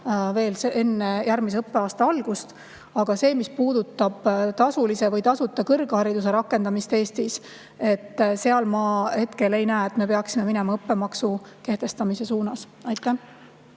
veel enne järgmise õppeaasta algust. Aga mis puudutab tasulise või tasuta kõrghariduse rakendamist Eestis – ma hetkel ei näe, et me peaksime minema õppemaksu kehtestamise suunas. Aitäh